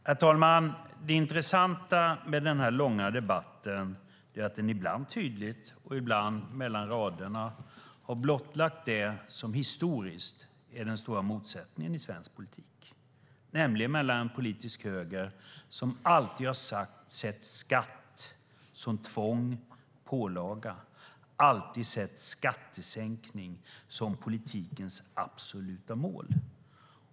Herr talman! Det intressanta med denna långa debatt är att den, ibland tydligt och ibland mellan raderna, har blottlagt det som historiskt är den stora motsättningen i svensk politik. Den politiska högern har alltid sett skatt som tvång och pålaga och har alltid sett skattesänkning som politikens absoluta mål.